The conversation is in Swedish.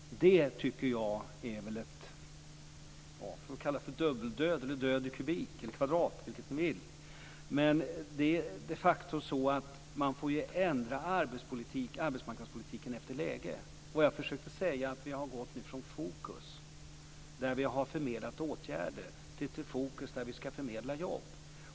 Det tycker jag man kan kalla dubbeldöd eller död i kvadrat, vilket ni vill. Men det är de facto så att man får ändra arbetsmarknadspolitiken efter läge. Jag försökte säga att vi har gått från fokus på att förmedla åtgärder till fokus på att förmedla jobb.